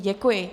Děkuji.